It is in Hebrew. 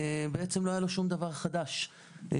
בעצם לא היה לו שום דבר חדש בדוח,